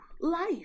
life